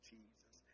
Jesus